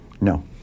No